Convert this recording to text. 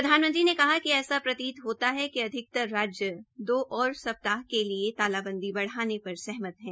प्रधानमंत्री ने कहा कि ऐसा प्रतीत होता है कि अधिकतर राज्य दो और सप्ताह के तालाबंदी बढ़ाने पर सहमत है